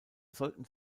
sollten